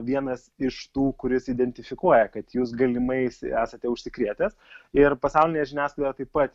vienas iš tų kuris identifikuoja kad jūs galimai esate užsikrėtęs ir pasaulinėje žiniasklaidoje taip pat